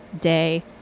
day